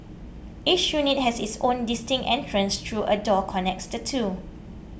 each unit has its own distinct entrance though a door connects the two